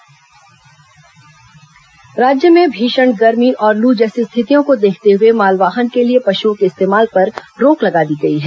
मालवाहन पशु प्रतिबंध राज्य में भीषण गर्मी और लू जैसी स्थितियों को देखते हुए मालवाहन के लिए पशुओं के इस्तेमाल पर रोक लगा दी गई है